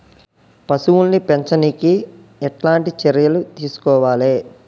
పశువుల్ని పెంచనీకి ఎట్లాంటి చర్యలు తీసుకోవాలే?